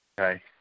Okay